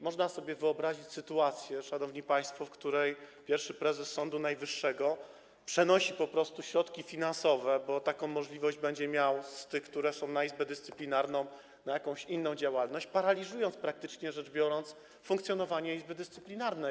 Można sobie wyobrazić sytuację, szanowni państwo, w której pierwszy prezes Sądu Najwyższego przenosi po prostu środki finansowe - bo taką możliwość będzie miał - z tej puli, która jest dla Izby Dyscyplinarnej, na jakąś inną działalność, praktycznie paraliżując funkcjonowanie Izby Dyscyplinarnej.